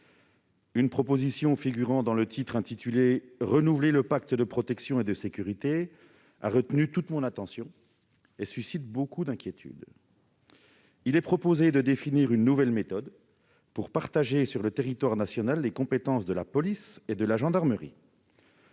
Une proposition figurant dans le titre intitulé « Renouveler le pacte de protection et de sécurité » a retenu toute mon attention, et suscite surtout beaucoup d'inquiétude. Il est proposé de définir une nouvelle méthode pour partager sur le territoire national les compétences de la police et de la gendarmerie.